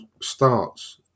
starts